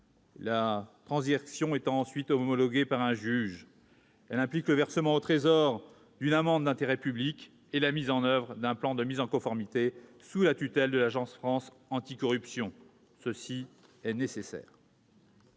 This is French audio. la transaction étant ensuite homologuée par un juge. Elle implique le versement au Trésor public d'une amende d'intérêt public et la mise en oeuvre d'un plan de mise en conformité sous la tutelle de l'Agence française anticorruption. Un tel dispositif